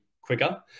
quicker